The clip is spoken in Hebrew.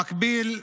במקביל,